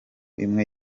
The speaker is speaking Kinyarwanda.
imwe